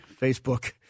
Facebook